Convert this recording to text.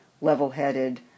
level-headed